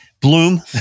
Bloom